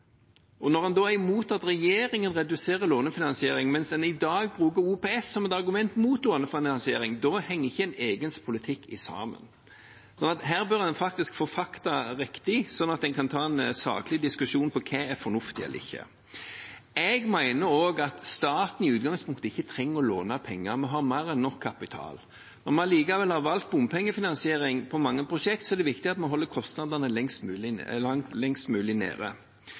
Og når en da er imot at regjeringen reduserer lånefinansiering, mens en i dag bruker OPS som et argument mot lånefinansiering, da henger ikke ens egen politikk sammen. Så her bør en faktisk få fakta riktig sånn at en kan ta en saklig diskusjon om hva som er fornuftig eller ikke. Jeg mener også at staten i utgangspunktet ikke trenger å låne penger. Vi har mer enn nok kapital. Når vi allikevel har valgt bompengefinansiering på mange prosjekt, er det viktig at vi holder kostnadene lavest mulig.